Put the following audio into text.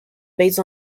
based